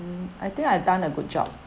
mm I think I'd done a good job